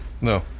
No